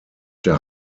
der